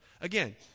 Again